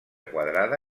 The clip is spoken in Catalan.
quadrada